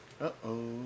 Uh-oh